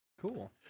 Cool